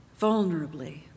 vulnerably